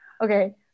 okay